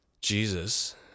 Jesus